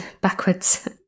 backwards